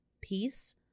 peace